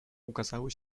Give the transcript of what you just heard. ukazały